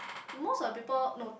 most of the people no